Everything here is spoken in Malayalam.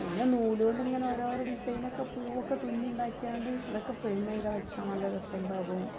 അങ്ങനെ നൂലു കൊണ്ട് ഇങ്ങനെ ഓരോരോ ഡിസൈനൊക്കെ പൂവൊക്കെ തുന്നി ഉണ്ടാക്കി കൊണ്ട് അതൊക്കെ ഫ്രെയിം ചെയ്ത് വച്ചാൽ നല്ല രസമുണ്ടാവും